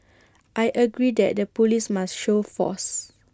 I agree that the Police must show force